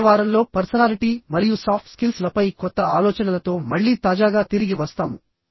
వచ్చే వారంలో పర్సనాలిటీ మరియు సాఫ్ట్ స్కిల్స్ ల పై కొత్త ఆలోచనలతో మళ్లీ తాజాగా తిరిగి వస్తాము